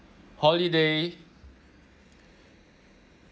holiday